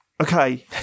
Okay